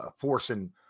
forcing